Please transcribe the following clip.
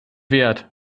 wert